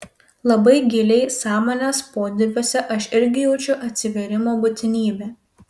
labai giliai sąmonės podirviuose aš irgi jaučiu atsivėrimo būtinybę